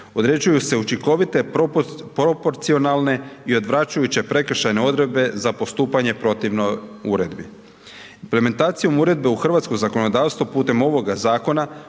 Određuju se učinkovite proporcionalne i odvraćajuće prekršajne odredbe za postupanje protivno uredbi. Implementacijom uredbe u hrvatsko zakonodavstvo putem ovoga zakona